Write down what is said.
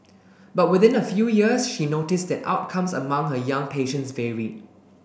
but within a few years she noticed that outcomes among her young patients varied